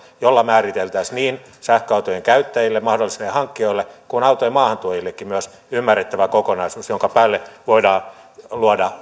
ohjelman jolla määriteltäisiin niin sähköautojen käyttäjille mahdollisille hankkijoille kuin autojen maahantuojillekin ymmärrettävä kokonaisuus jonka päälle voidaan luoda